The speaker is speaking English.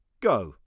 Go